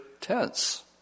tense